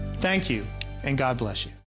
thank you and god bless you!